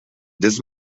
des